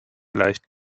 leicht